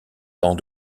tant